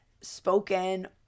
spoken